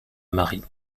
marine